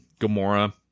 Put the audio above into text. Gamora